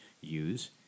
use